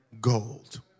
gold